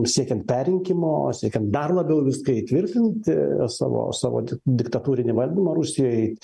siekiant perrinkimo siekiant dar labiau viską įtvirtinti savo savo di diktatūrinį valdymą rusijoj